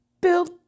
build